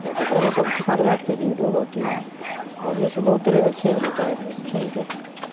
تو گھر میں سب کے ساتھ بیٹھ کے لیڈو گوٹی اور جیسے بہت طرح کا کھیل ہوتا ہے کھیلتے ہیں